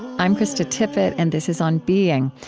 i'm krista tippett, and this is on being.